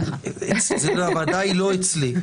הוועדה היא לא אצלי.